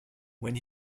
when